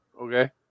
Okay